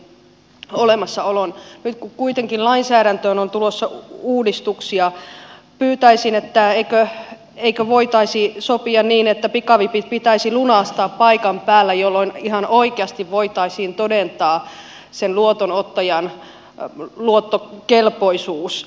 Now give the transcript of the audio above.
nyt kun kuitenkin lainsäädäntöön on tulossa uudistuksia pyytäisin eikö voitaisi sopia niin että pikavipit pitäisi lunastaa paikan päällä jolloin ihan oikeasti voitaisiin todentaa sen luotonottajan luottokelpoisuus